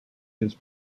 his